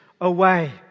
away